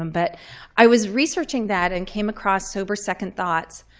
um but i was researching that and came across sober second thoughts.